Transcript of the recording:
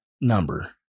number